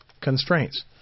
constraints